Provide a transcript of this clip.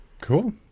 Cool